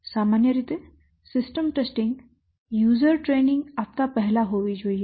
સામાન્ય રીતે system testing user training આપતા પહેલા હોવી જોઈએ